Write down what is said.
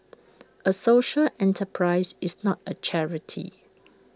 A social enterprise is not A charity